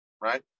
right